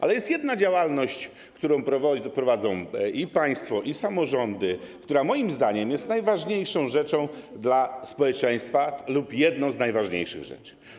Ale jest jedna działalność, którą prowadzą i państwo, i samorządy, która moim zdaniem jest najważniejszą rzeczą dla społeczeństwa lub jedną z najważniejszych rzeczy.